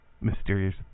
mysterious